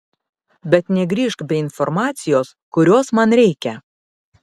bet negrįžk be informacijos kurios man reikia